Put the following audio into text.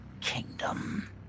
kingdom